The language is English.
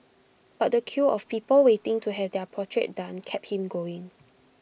but the queue of people waiting to have their portrait done kept him going